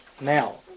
now